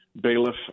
bailiff